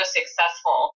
successful